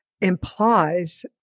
implies